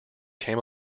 came